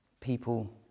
people